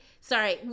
Sorry